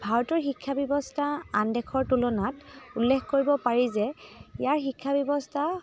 ভাৰতৰ শিক্ষা ব্যৱস্থা আন দেশৰ তুলনাত উল্লেখ কৰিব পাৰি যে ইয়াৰ শিক্ষাব্যৱস্থা